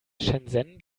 shenzhen